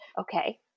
Okay